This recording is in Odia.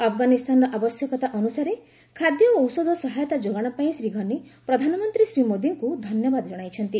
ଆଫ୍ଗାନିସ୍ତାନର ଆବଶ୍ୟକତା ଅନୁସାରେ ଖାଦ୍ୟ ଓ ଔଷଧ ସହାୟତା ଯୋଗାଣ ପାଇଁ ଶ୍ରୀ ଘନି ପ୍ରଧାନମନ୍ତ୍ରୀ ଶ୍ରୀ ମୋଦୀଙ୍କୁ ଧନ୍ୟବାଦ ଜଣାଇଛନ୍ତି